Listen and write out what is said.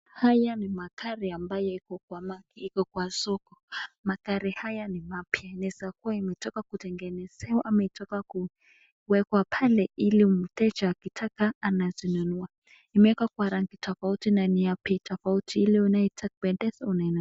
Haya ni magari ambayo iko kwa soko. Magari haya ni mapya. Yaweza kuwa imetoka kutengenezwa ama imetoka kuwekwa pale, ili akitaka anazinunua. Imewekwa kwa rangi tofauti na ni ya bei tofauti ile itakupendeza unainunua.